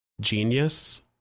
genius